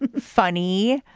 and funny